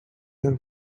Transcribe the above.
your